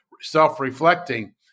self-reflecting